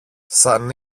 σαν